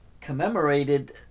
commemorated